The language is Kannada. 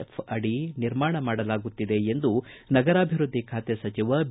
ಎಫ್ ಅಡಿ ನಿರ್ಮಾಣ ಮಾಡಲಾಗುತ್ತಿದೆ ಎಂದು ನಗರಾಭಿವೃದ್ದಿ ಖಾತೆ ಸಚಿವ ಬಿ